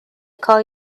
call